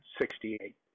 Sixty-Eight